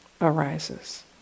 arises